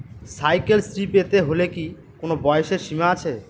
Cycle Shri পেতে হলে কি কোনো বয়সের সীমা আছে?